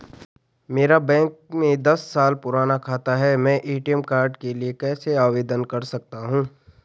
मेरा बैंक में दस साल पुराना खाता है मैं ए.टी.एम कार्ड के लिए कैसे आवेदन कर सकता हूँ?